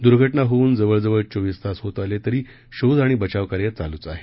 दुर्घटना होऊन जवळ जवळ चोवीस तास होत आले तरी शोध आणि बचावकार्य चालूच आहे